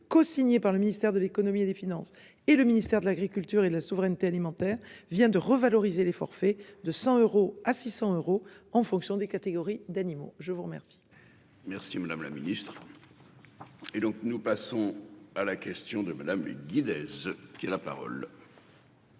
cosigné par le ministère de l'Économie et des Finances et le ministère de l'Agriculture et de la souveraineté alimentaire vient de revaloriser les forfaits de 100 euros à 600 euros en fonction des catégories d'animaux. Je vous remercie. Merci madame la ministre. Et donc nous passons à la question de madame les guide, ce qui a la parole.